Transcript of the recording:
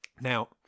Now